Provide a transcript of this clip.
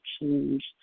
change